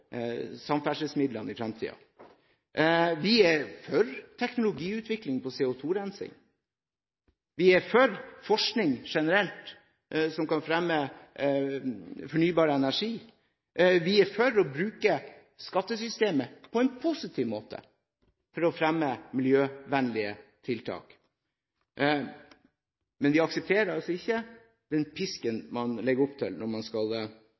samferdselsmidlene i fremtiden. Vi er for teknologiutvikling for CO2-rensing. Vi er generelt for forskning som kan fremme fornybar energi. Vi er for å bruke skattesystemet på en positiv måte for å fremme miljøvennlige tiltak. Men vi aksepterer altså ikke den pisken man legger opp til, når man skal